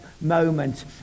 moment